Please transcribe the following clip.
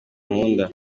nkunda